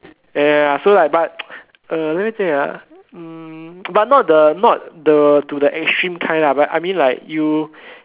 ya ya ya so I buy uh let me think ah but not the not the to the extreme kind lah I mean like you